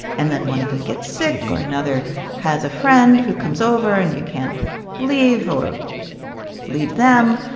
and then one of them gets sick or another has a friend who comes over and you can't leave or leave them.